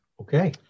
Okay